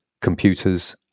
computers